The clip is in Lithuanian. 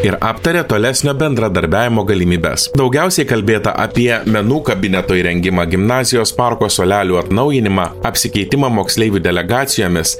ir aptarė tolesnio bendradarbiavimo galimybes daugiausiai kalbėta apie menų kabineto įrengimą gimnazijos parko suolelių atnaujinimą apsikeitimą moksleivių delegacijomis